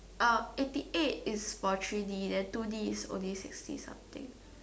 uh eighty eight is for three D then two D is only sixty something